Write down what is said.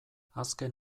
azken